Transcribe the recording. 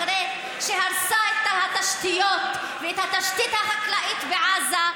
אחרי שהרסה את התשתיות ואת התשתית החקלאית בעזה,